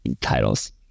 titles